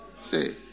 Say